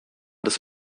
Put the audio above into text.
des